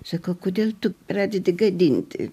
sakau kodėl tu pradedi gadinti